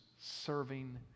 serving